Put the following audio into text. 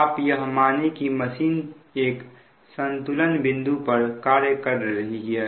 आप यह माने की मशीन एक संतुलन बिंदु पर कार्य कर रही है